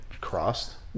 crossed